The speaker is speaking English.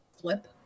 flip